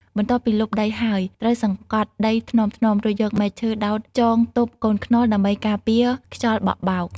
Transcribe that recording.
បន្ទាប់ពីលុបដីហើយ ត្រូវសង្កត់ដីថ្នមៗ រួចយកមែកឈើដោតចងទប់កូនខ្នុរដើម្បីការពារខ្យល់បោកបក់។